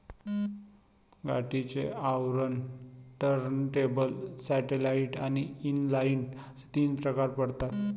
गाठीचे आवरण, turntable, satellite आणि इनलाइन असे तीन प्रकार आहे